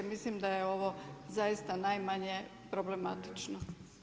Mislim da je ovo zaista najmanje problematično.